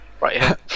Right